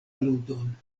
ludon